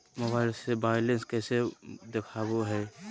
Mobile से balance कैसे देखाबो है?